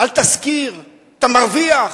אל תשכיר, אתה מרוויח.